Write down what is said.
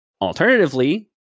Alternatively